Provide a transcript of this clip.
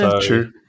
True